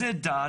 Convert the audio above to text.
מאיזו דת,